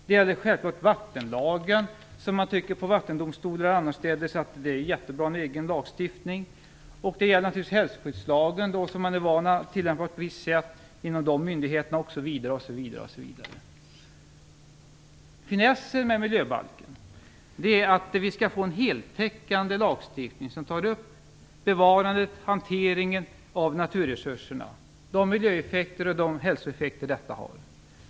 Det gäller självfallet vattenlagen, där man på Vattendomstolen och annorstädes tycker att det är jättebra med egen lagstiftning. Det gäller naturligtvis också hälsoskyddslagen, som man är van att tillämpa på ett visst sätt hos myndigheterna, osv. Finessen med miljöbalken är att vi skall få en heltäckande lagstiftning som tar upp bevarandet och hanteringen av naturresurserna och de miljöeffekter och hälsoeffekter detta har.